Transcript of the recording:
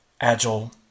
Agile